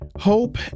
Hope